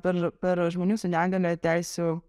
perž per žmonių su negalia teisių